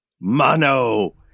Mono